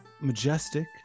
majestic